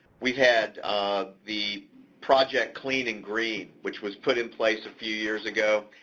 we've had the project clean and green, which was put in place a few years ago,